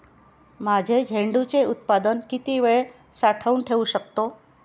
माझे झेंडूचे उत्पादन किती वेळ साठवून ठेवू शकतो?